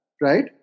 right